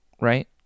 right